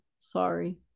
sorry